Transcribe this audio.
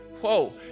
Whoa